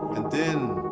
and then,